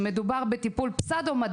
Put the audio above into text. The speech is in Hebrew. שאחיזה מרסנת היא טיפול פסאודו-מדעי,